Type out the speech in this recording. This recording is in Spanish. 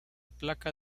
placa